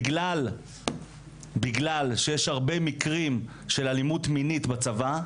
בגלל שיש הרבה מקרים של אלימות מינית בצבא.